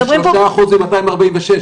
זה שלושה אחוז ממאתיים ארבעים ושש,